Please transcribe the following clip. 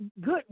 good